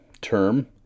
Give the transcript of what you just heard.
term